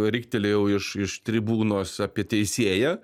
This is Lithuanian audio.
riktelėjau iš iš tribūnos apie teisėją